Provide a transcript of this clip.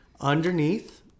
underneath